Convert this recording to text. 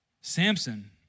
Samson